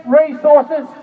resources